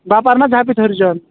ବାପାର ନାଁ ଝାପି ହରିଜନ